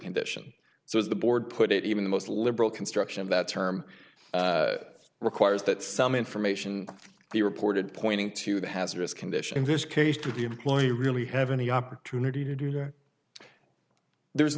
condition so as the board put it even the most liberal construction that term requires that some information be reported pointing to the hazardous condition in this case to the employee really have any opportunity to do that there